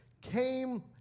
came